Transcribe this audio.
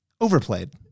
overplayed